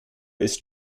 ist